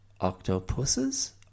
Octopuses